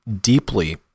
deeply